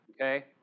okay